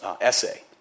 essay